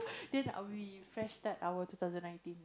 then our we fresh start our two thousand nineteen